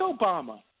Obama